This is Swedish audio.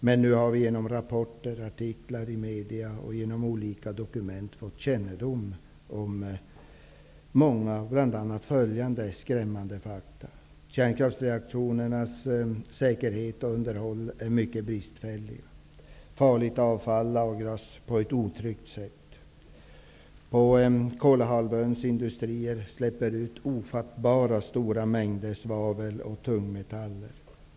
Men vi har nu genom rapporter och artiklar i medier och genom olika dokument fått kännedom om många och bl.a. följande skrämmande fakta. Kärnkraftreaktorernas säkerhet och underhåll är mycket bristfälliga. Farligt avfall lagras på ett otryggt sätt. Kolahalvöns industrier släpper ut ofattbart stora mängder svavel och tungmetaller.